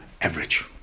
average